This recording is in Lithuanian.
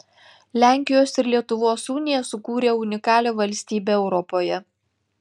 lenkijos ir lietuvos unija sukūrė unikalią valstybę europoje